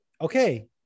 Okay